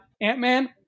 Ant-Man